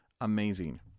amazing